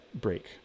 break